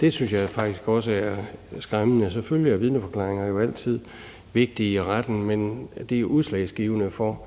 Det synes jeg faktisk også er skræmmende. Selvfølgelig er vidneforklaringer jo altid vigtige i retten, men at det er udslagsgivende for,